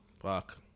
fuck